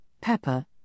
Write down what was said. pepper